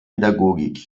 pädagogik